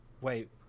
wait